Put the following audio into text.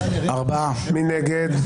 מי נגד?